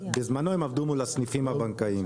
בזמנו הם עבדו מול הסניפים הבנקאיים,